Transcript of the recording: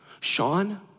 Sean